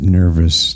nervous